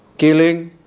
killing,